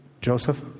Joseph